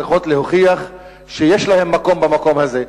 צריכות להוכיח שיש להן מקום במקום הזה.